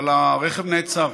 אבל הרכב נעצר,